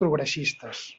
progressistes